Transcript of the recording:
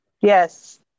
Yes